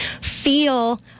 feel